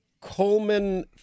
Coleman